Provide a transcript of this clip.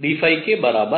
L02πdϕ के बराबर है